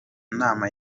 nama